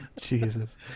jesus